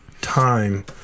time